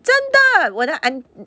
真的我的 and